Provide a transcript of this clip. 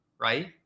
right